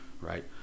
Right